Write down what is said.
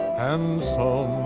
and